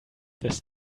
this